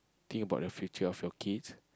think about the future of your kids